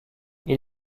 est